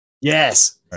Yes